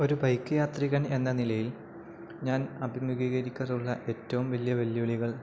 ഒരു ബൈക്ക് യാത്രികൻ എന്ന നിലയിൽ ഞാൻ അഭിമുഖീകരിക്കാറുള്ള ഏറ്റവും വലിയ വെല്ലുവിളികൾ